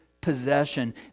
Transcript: possession